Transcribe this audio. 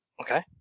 Okay